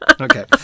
Okay